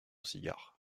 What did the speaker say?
cigare